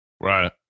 Right